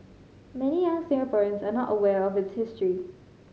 many young Singaporeans are not aware of its history